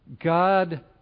God